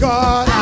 God